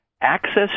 access